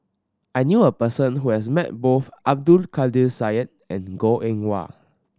I knew a person who has met both Abdul Kadir Syed and Goh Eng Wah